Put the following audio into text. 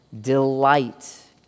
delight